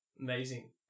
Amazing